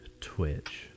Twitch